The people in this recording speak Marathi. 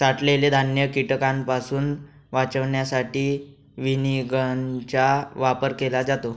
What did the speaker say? साठवलेले धान्य कीटकांपासून वाचवण्यासाठी विनिंगचा वापर केला जातो